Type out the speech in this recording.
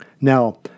Now